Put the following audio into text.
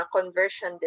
conversion